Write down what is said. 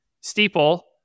steeple